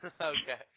Okay